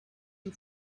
you